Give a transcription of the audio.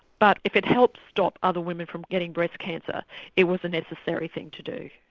but if it helps stop other women from getting breast cancer it was a necessary thing to do.